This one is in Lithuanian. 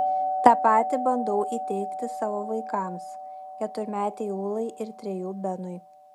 tą patį bandau įteigti savo vaikams keturmetei ūlai ir trejų benui